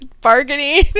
bargaining